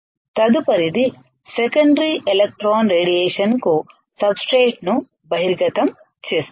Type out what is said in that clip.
తదుపరిది secondary electron రేడియేషన్కు సబ్స్ట్రేట్ను బహిర్గతం చేస్తుంది